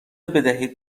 بدهید